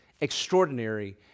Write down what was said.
extraordinary